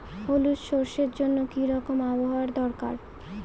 হলুদ সরষে জন্য কি রকম আবহাওয়ার দরকার?